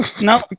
No